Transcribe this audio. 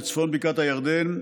בצפון בקעת הירדן,